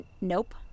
Nope